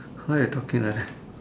why you talking like that